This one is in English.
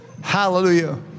Hallelujah